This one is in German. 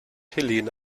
helena